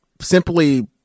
simply